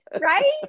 Right